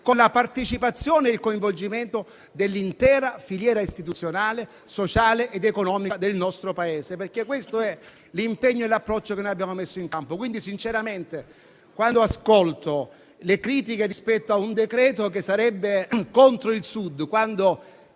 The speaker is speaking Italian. con la partecipazione e il coinvolgimento dell'intera filiera istituzionale, sociale ed economica del nostro Paese. Questo è l'impegno, l'approccio che abbiamo messo in campo. Sento avanzare critiche rispetto a un decreto che sarebbe contro il Sud,